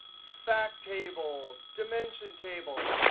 fact tables, dimension tables.